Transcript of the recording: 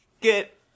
get